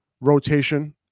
rotation